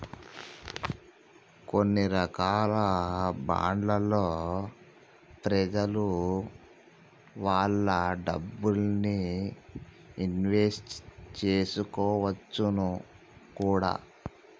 కొన్ని రకాల బాండ్లలో ప్రెజలు వాళ్ళ డబ్బుల్ని ఇన్వెస్ట్ చేసుకోవచ్చును కూడా